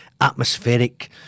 atmospheric